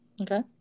Okay